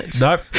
Nope